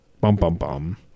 Bum-bum-bum